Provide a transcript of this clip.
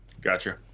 gotcha